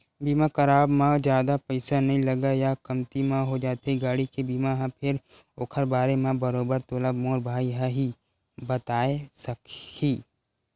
बीमा कराब म जादा पइसा नइ लगय या कमती म हो जाथे गाड़ी के बीमा ह फेर ओखर बारे म बरोबर तोला मोर भाई ह ही बताय सकही